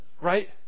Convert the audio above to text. right